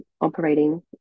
operating